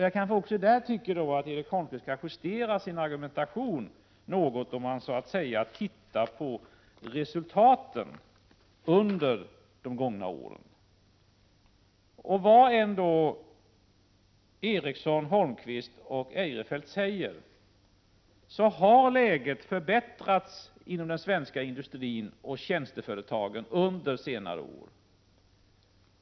Jag tycker att även Erik Holmkvist kan justera sin argumentation något om han ser på resultaten under de gångna åren. Vad än Eriksson, Holmkvist och Eirefelt säger så har läget förbättrats inom den svenska industrin och inom tjänsteföretagen under senare år.